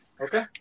okay